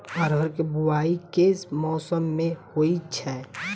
अरहर केँ बोवायी केँ मौसम मे होइ छैय?